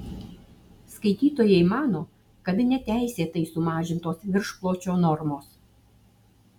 skaitytojai mano kad neteisėtai sumažintos viršpločio normos